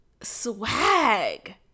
swag